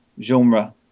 genre